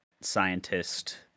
scientist